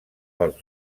pels